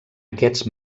aquests